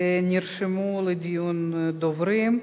נרשמו לדיון דוברים.